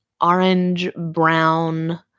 orange-brown